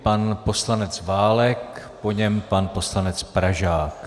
Pan poslanec Válek, po něm pan poslanec Pražák.